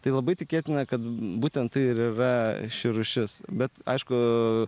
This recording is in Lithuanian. tai labai tikėtina kad būtent tai ir yra ši rūšis bet aišku